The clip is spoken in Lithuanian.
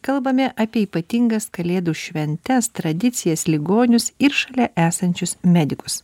kalbame apie ypatingas kalėdų šventes tradicijas ligonius ir šalia esančius medikus